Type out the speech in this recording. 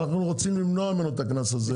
אנחנו רוצים למנוע ממנו את הקנס הזה.